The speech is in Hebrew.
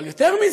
אבל יותר מזה,